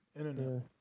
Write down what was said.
internet